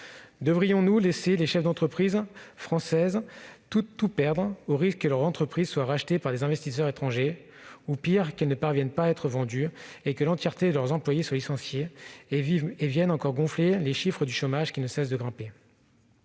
Devrions-nous laisser les chefs d'entreprise française tout perdre, au risque que leurs entreprises soient rachetées par des investisseurs étrangers ou, pis, qu'elles ne puissent être vendues et que tous leurs employés soient licenciés et viennent gonfler les chiffres du chômage, lesquels ne cessent de grimper ?